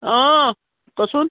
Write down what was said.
অঁ কচোন